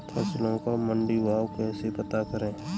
फसलों का मंडी भाव कैसे पता करें?